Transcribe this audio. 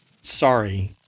sorry